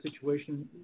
situation